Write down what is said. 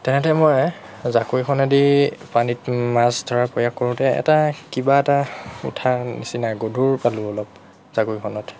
তেনেতে মই জাকৈখনেদি পানীত মাছ ধৰাৰ প্ৰয়াস কৰোঁতে এটা কিবা এটা উঠা নিচিনা গধুৰ পালোঁ অলপ জাকৈখনত